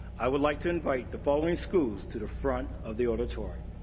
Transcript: i would like to invite the following schools to the front of the auditorium.